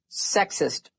sexist